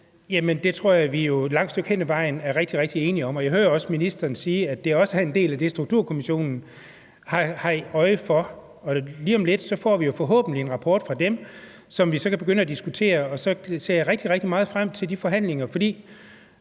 Det tror jeg at vi et langt stykke hen ad vejen er rigtig enige om. Og jeg hører også ministeren sige, at det også er en del af det, Sundhedsstrukturkommissionen har øje for. Lige om lidt får vi forhåbentlig en rapport fra dem, som vi så kan begynde at diskutere. Og så ser jeg rigtig, rigtig meget frem til de forhandlinger.